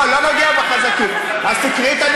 לא, אני לא נוגע בחזקים, אז תקראי את הנתונים.